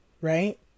Right